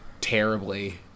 terribly